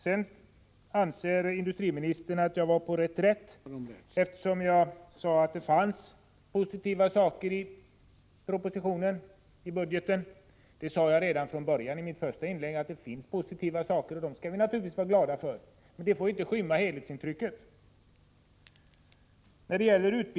Sedan anser industriministern att jag var på reträtt, eftersom jag sade att det finns positiva saker i budgetpropositionen. Jag sade redan i mitt första inlägg att det finns mycket positivt, och det skall vi naturligtvis vara glada för. Men det får inte skymma helhetsintrycket.